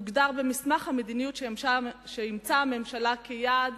הוגדרו במסמך המדיניות שאימצה הממשלה כיעד